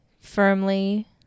firmly